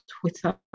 twitter